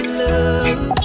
love